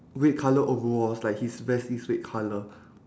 red colour overalls like his vest is red colour